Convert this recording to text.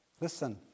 Listen